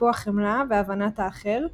טיפוח חמלה והבנת האחר,